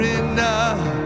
enough